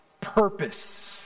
purpose